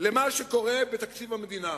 למה שקורה בתקציב המדינה,